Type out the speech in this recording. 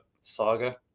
saga